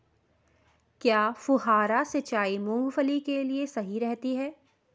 क्या फुहारा सिंचाई मूंगफली के लिए सही रहती है?